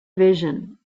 vision